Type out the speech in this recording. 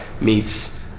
meets